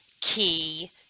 key